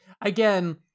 again